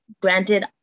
Granted